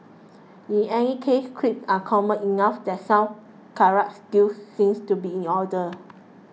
in any case creeps are common enough that some karate skills seems to be in order